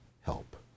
help